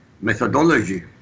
methodology